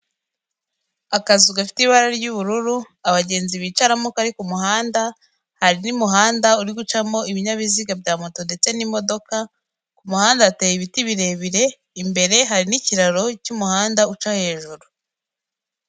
Akazu gafite ibara ry'ubururu abagenzi bicaramo kari ku muhanda, hari n'umuhanda uri gucamo ibinyabiziga bya moto ndetse n'imodoka ku muhanda hateye ibiti birebire, imbere hari n'ikiraro cy'umuhanda uca hejuru.